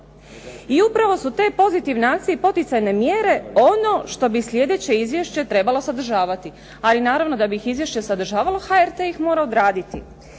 I upravo su te pozitivne akcije i poticajne mjere ono što bi sljedeće izvješće trebalo sadržavati. Ali naravno, da bi izvješće sadržavalo HRT ih mora obraditi.